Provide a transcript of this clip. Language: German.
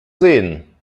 sehen